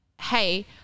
hey